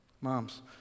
Moms